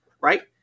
right